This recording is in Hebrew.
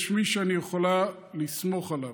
יש מי שאני יכולה לסמוך עליו.